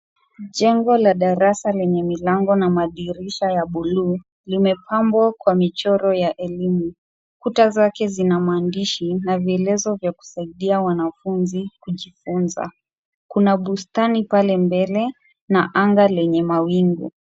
Jengo la darasa lenye milango na madirisha ya bluu limepambwa kwa michoro ya elimu . Kuta zake zina maandishi na vielezo vya kusaidia wanafunzi kujifunza. Kuna bustani pale mbele na anga lenye mawingu.